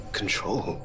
control